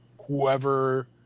whoever